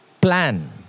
plan